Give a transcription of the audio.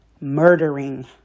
murdering